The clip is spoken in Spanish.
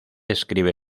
escribe